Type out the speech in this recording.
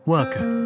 Worker